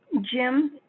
Jim